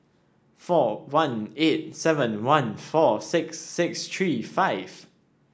four one eight seven one four six six three five